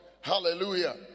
hallelujah